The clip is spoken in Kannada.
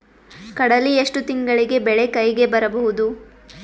ಕಡಲಿ ಎಷ್ಟು ತಿಂಗಳಿಗೆ ಬೆಳೆ ಕೈಗೆ ಬರಬಹುದು?